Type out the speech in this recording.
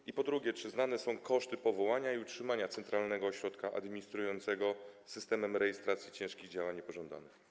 I po drugie, czy znane są koszty powołania i utrzymania centralnego ośrodka administrującego systemem rejestracji ciężkich działań niepożądanych?